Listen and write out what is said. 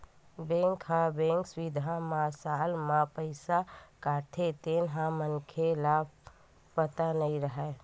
bank ह bank सुबिधा म साल म पईसा काटथे तेन ह मनखे ल पता नई रहय